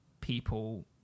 people